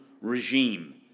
regime